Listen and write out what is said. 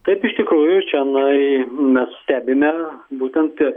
taip iš tikrųjų čionai mes stebime būtent